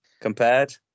compared